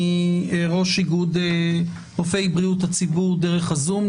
ראש איגוד רופאי בריאות הציבור, דרך הזום.